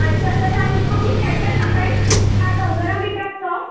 अच्छा त तव्हांखे ओन्ली सेट खपनि तव्हां कंगण बि पिया चओ